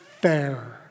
fair